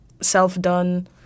self-done